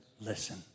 listen